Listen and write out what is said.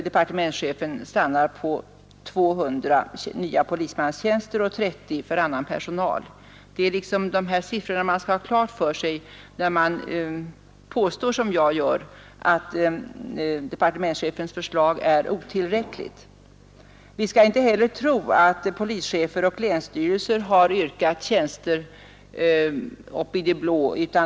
Departementschefen stannar för 200 nya polismanstjänster och 30 tjänster för annan personal. Dessa siffror skall man ha klara för sig, när man, som jag gör, påstår att departementschefens förslag är otillräckligt. Vi skall inte heller tro att polischefer och länsstyrelser har yrkat tjänster uppe i det blå.